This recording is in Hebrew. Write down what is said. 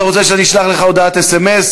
אתה רוצה שאני אשלח לך הודעת סמ"ס?